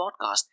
podcast